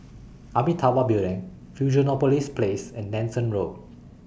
Amitabha Building Fusionopolis Place and Nanson Road